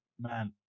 Man